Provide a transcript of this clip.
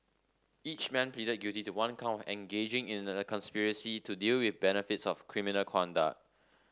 each man pleaded guilty to one count engaging in a conspiracy to deal with the benefits of criminal conduct